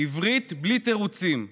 "עברית בלי תירוצים,